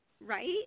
Right